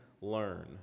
learn